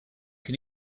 can